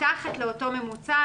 מתחת לאותו ממוצע,